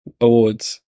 Awards